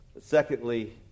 Secondly